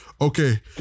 okay